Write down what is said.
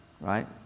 right